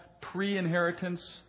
pre-inheritance